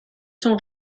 sont